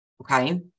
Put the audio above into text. Okay